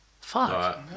fuck